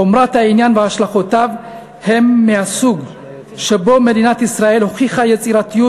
חומרת העניין והשלכותיו הן מהסוג שבו מדינת ישראל הוכיחה יצירתיות